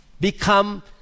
become